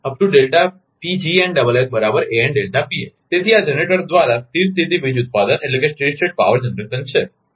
તેથી આ જનરેટર્સ દ્વારા સ્થિર સ્થિતી વીજ ઉત્પાદન છે